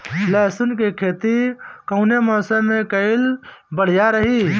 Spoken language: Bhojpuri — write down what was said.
लहसुन क खेती कवने मौसम में कइल बढ़िया रही?